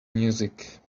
music